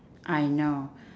I know